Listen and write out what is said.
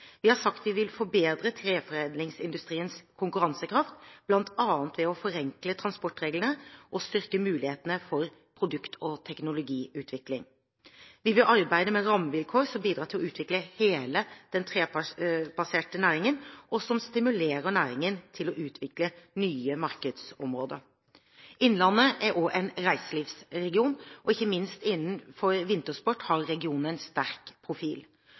Vi har sagt at vi vil forbedre treforedlingsindustriens konkurransekraft, bl.a. ved å forenkle transportreglene og styrke mulighetene for produkt- og teknologiutvikling. Vi vil arbeide med rammevilkår som bidrar til å utvikle hele den trebaserte næringen, og som stimulerer næringen til å utvikle nye markedsområder. Innlandet er også en reiselivsregion, og ikke minst innenfor vintersport har regionen en sterk profil.